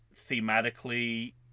thematically